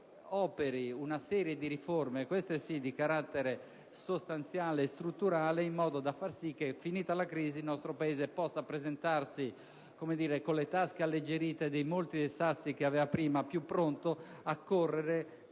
operi una serie di riforme, queste sì di carattere sostanziale e strutturale, in modo da far sì che, finita la crisi, il nostro Paese possa presentarsi, per così dire, con le tasche alleggerite dai molti sassi che aveva prima e più pronto a correre